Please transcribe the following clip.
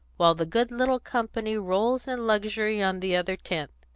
while the good little company rolls in luxury on the other tenth.